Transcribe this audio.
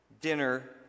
dinner